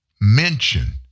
mention